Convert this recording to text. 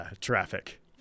traffic